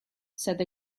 said